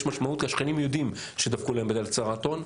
יש משמעות כי השכנים יודעים שדפקו להם בדלת להצהרת הון.